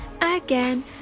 again